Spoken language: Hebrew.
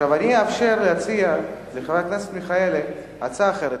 אני אאפשר לחבר הכנסת מיכאלי להציע הצעה אחרת.